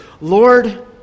Lord